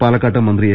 പാലക്കാട്ട് മന്ത്രി എ